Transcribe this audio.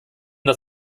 das